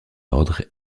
ordre